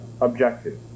objective